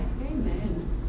Amen